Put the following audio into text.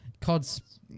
COD's